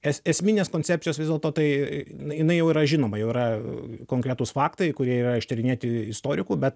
es esminės koncepcijos vis dėlto tai jinai jau yra žinoma jau yra konkretūs faktai kurie yra ištyrinėti istorikų bet